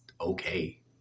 okay